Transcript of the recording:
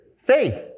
Faith